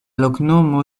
loknomo